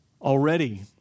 already